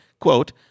quote